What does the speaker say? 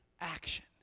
action